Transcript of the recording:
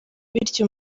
bityo